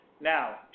Now